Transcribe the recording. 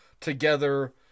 together